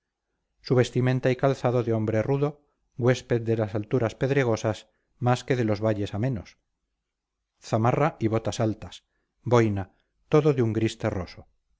su vestimenta y calzado de hombre rudo huésped de las alturas pedregosas más que de los valles amenos zamarra y botas altas boina todo de un gris terroso